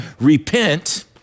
repent